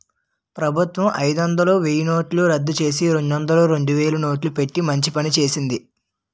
ప్రభుత్వం అయిదొందలు, వెయ్యినోట్లు రద్దుచేసి, రెండొందలు, రెండువేలు నోట్లు పెట్టి మంచి పని చేసింది